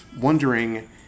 wondering